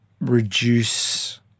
reduce